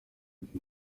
katy